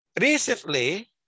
Recently